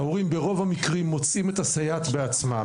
ההורים ברוב המקרים מוצאים את הסייעת בעצמם.